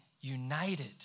united